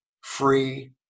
free